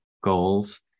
goals